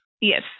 Yes